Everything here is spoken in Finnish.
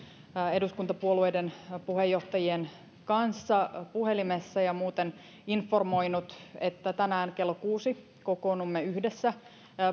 eduskuntapuolueiden puheenjohtajien kanssa puhelimessa ja muuten siitä informoinut tänään kello kuusi kokoonnumme yhdessä